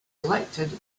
elected